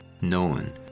known